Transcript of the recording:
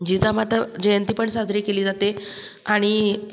जिजामाता जयंती पण साजरी केली जाते आणि